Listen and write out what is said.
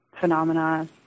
phenomena